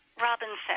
Robinson